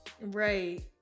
Right